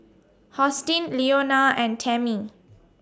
Hosteen Leona and Tammie